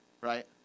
right